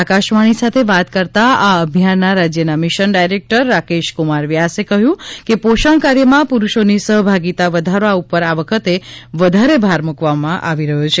આકાશવાણી સાથે વાત કરતા આ અભિયાનના રાજયના મિશન ડાયરેકટર રાકેશકુમાર વ્યાસે ક્લ્ કે પોષણ કાર્યમાં પુરુષોની સહભાગીતા વધારવા ઉપર આ વખતે વધારે ભાર મુકવામાં આવી રહ્યો છે